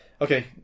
Okay